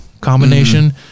combination